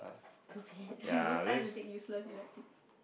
I have no time to take useless elective